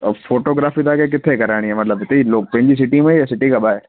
त फ़ोटोग्राफ़ी तव्हांखे किथे कराइणी आहे मतलबु हिते लाइ पंहिंजी सिटी में या सिटी खां ॿाहिरि